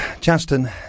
Justin